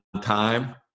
time